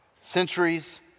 centuries